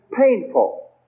painful